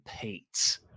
pete